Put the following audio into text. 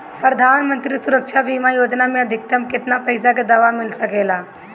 प्रधानमंत्री सुरक्षा बीमा योजना मे अधिक्तम केतना पइसा के दवा मिल सके ला?